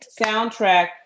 soundtrack